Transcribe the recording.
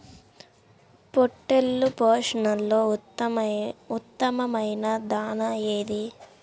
పొట్టెళ్ల పోషణలో ఉత్తమమైన దాణా ఏది?